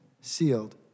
sealed